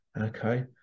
Okay